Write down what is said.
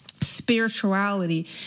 spirituality